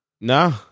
No